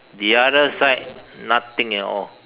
the other side nothing at all